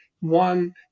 one